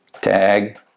Tag